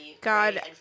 God